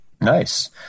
Nice